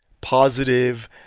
positive